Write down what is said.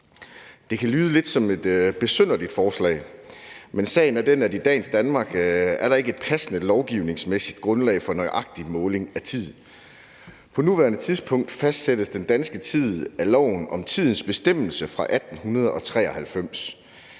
Det kan lyde lidt som et besynderligt forslag, men sagen er den, at i dagens Danmark er der ikke et passende lovgivningsmæssigt grundlag for nøjagtig måling af tid. På nuværende tidspunkt fastsættes den danske tid af loven om tidens bestemmelse fra 1893,